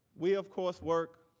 we have course work